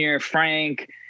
Frank